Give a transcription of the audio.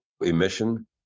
emission